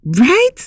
Right